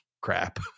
crap